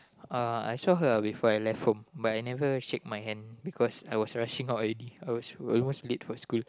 uh I saw her before I left home but I never shake my hand because I was rushing out already I was almost late for school